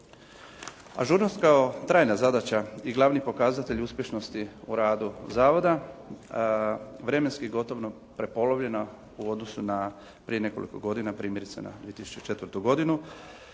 Ažurnost kao trajna zadaća i glavni pokazatelj uspješnosti o radu zavoda, vremenski gotovo prepolovljeno u odnosu na prije nekoliko godina primjerice na 2004. godinu